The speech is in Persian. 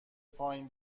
پایین